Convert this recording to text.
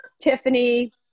Tiffany